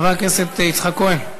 חבר הכנסת יצחק כהן.